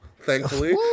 thankfully